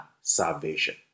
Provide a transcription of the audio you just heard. salvation